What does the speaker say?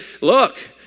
look